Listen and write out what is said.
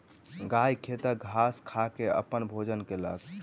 गाय खेतक घास खा के अपन भोजन कयलक